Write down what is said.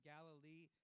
Galilee